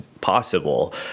possible